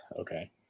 okay